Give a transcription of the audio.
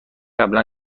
قبلا